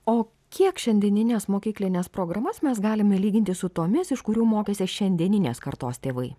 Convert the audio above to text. o kiek šiandienines mokyklines programas mes galime lyginti su tomis iš kurių mokėsi šiandieninės kartos tėvai